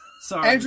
Sorry